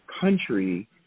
country